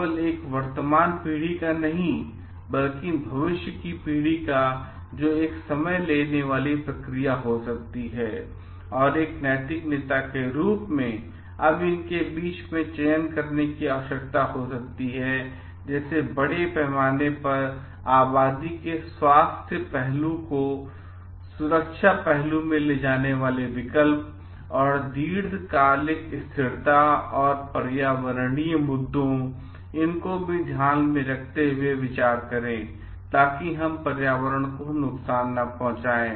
केवल एक वर्तमान पीढ़ी का नहीं लेकिन भविष्य की पीढ़ी जो एक समय लेने वाली प्रक्रिया हो सकती है और एक नैतिक नेता के रूप में अब इन के बीच चयन करने की आवश्यकता हो सकती है जैसे बड़े पैमाने पर आबादी के स्वास्थ्य पहलू को सुरक्षा पहलू में ले जाने वाले विकल्प और दीर्घकालिक स्थिरता और पर्यावरणीय मुद्दों इनको भी ध्यान में रखते हुए विचार करें ताकि हम पर्यावरण को नुकसान न पहुंचाएं